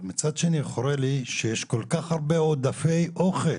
מצד שני חורה לי שיש כל כך הרבה עודפי אוכל